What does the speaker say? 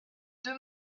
deux